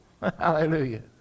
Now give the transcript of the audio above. Hallelujah